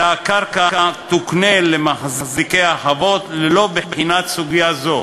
אלא הקרקע תוקנה למחזיקי החוות ללא בחינת סוגיה זו,